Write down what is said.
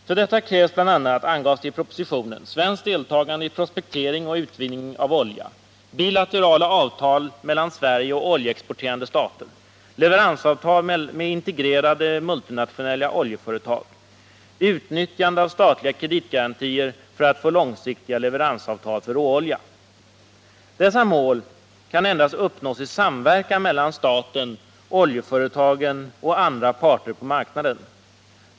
För detta krävs bl.a., angavs det i propositionen: Dessa mål kan endast uppnås i samverkan mellan staten, oljeföretagen och andra parter på marknaden.